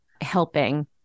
helping